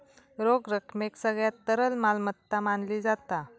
रोख रकमेक सगळ्यात तरल मालमत्ता मानली जाता